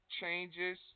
Changes